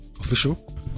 official